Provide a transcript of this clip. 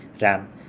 RAM